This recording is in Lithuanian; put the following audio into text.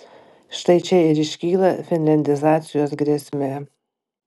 štai čia ir iškyla finliandizacijos grėsmė